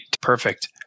Perfect